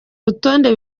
rutonde